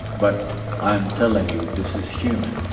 but i'm telling you, this is human.